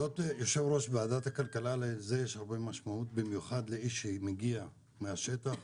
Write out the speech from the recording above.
להיות יושב-ראש ועדת הכלכלה יש הרבה משמעות במיוחד לאיש שמגיע מהשטח,